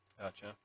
Gotcha